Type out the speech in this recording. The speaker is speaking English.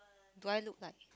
do I look like